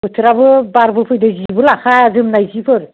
बोथोराबो बारबो फैदों जिबो लाखा जोमनाय जिफोर